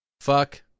Fuck